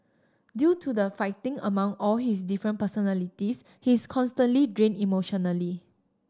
due to the fighting among all his different personalities he's constantly drained emotionally